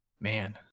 man